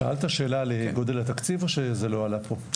שאלת שאלה על גודל התקציב או שזה לא עלה פה?